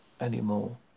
anymore